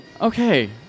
okay